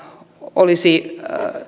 olisi